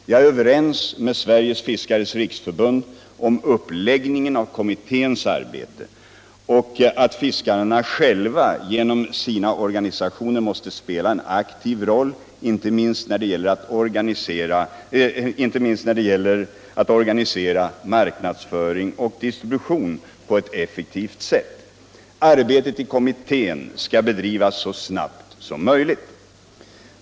Jag är överens med Sveriges fiskares riksförbund om uppläggningen av kommitténs arbete och att fiskarna själva genom sina organisationer måste spela en aktiv roll, inte minst när det gäller att organisera marknadsföring och distribution på ett effektivt sätt. Arbetet i kommittén skall bedrivas så snabbt som möjligt.